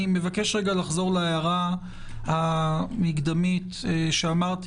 אני מבקש רגע לחזור להערה המקדמית שאמרתי